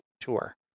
tour